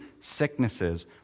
sicknesses